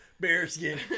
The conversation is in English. Bearskin